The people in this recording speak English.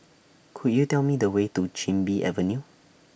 Could YOU Tell Me The Way to Chin Bee Avenue